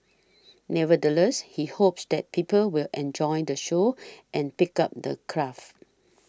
nevertheless he hopes that people will enjoy the show and pick up the craft